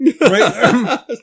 right